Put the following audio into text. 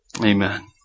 Amen